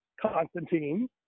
Constantine